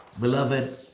beloved